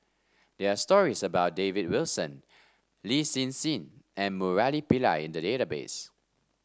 there are stories about David Wilson Lin Hsin Hsin and Murali Pillai in the database